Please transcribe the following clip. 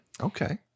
Okay